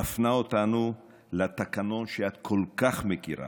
מפנה אותנו לתקנון שאת כל כך מכירה